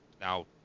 Now